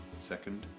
second